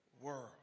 world